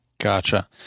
Gotcha